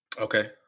Okay